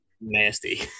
nasty